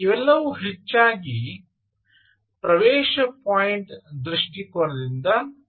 ಇವೆಲ್ಲವೂ ಹೆಚ್ಚಾಗಿ ಪ್ರವೇಶ ಪಾಯಿಂಟ್ ದೃಷ್ಟಿಕೋನದಿಂದ ಬಂದವು